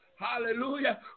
Hallelujah